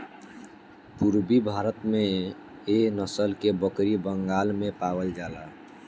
पूरबी भारत में एह नसल के बकरी बंगाल में पावल जाला